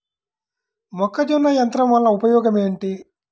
మొక్కజొన్న యంత్రం వలన ఉపయోగము ఏంటి?